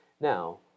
Now